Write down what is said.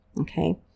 okay